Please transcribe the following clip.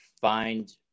find